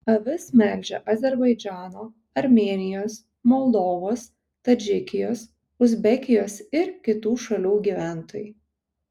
avis melžia azerbaidžano armėnijos moldovos tadžikijos uzbekijos ir kitų šalių gyventojai